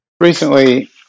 Recently